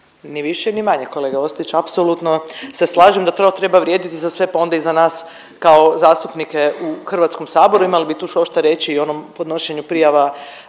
Ni više ni manje, kolega Ostojić, apsolutno se slažem da to treba vrijediti za sve, pa onda i za nas kao zastupnike u HS-u, imali bi tu štošta reći i o onom podnošenju prijava